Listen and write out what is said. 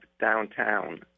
Downtown